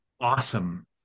awesome